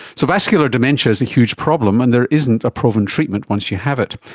so vascular dementia is a huge problem and there isn't a proven treatment once you have it.